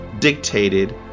dictated